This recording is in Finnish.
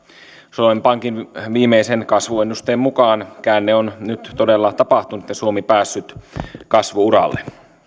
suomen pankin viimeisen kasvuennusteen mukaan käänne on nyt todella tapahtunut ja suomi päässyt kasvu uralle